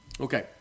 Okay